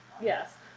Yes